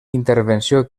intervenció